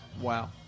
Wow